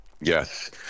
yes